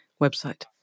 website